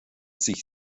sich